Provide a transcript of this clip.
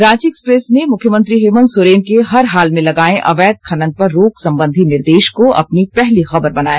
Ranchi express ने मुख्यमंत्री हेमन्त सोरेन के हर हाल में लगाएं अवैध खनन पर रोक संबधी निर्देश को अपनी पहली खबर बनाया